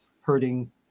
hurting